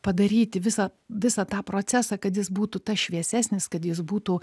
padaryti visą visą tą procesą kad jis būtų tas šviesesnis kad jis būtų